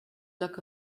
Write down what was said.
look